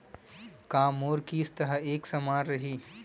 का मोर किस्त ह एक समान रही?